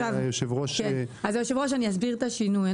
היושב ראש, אני אסביר את השינוי.